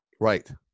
Right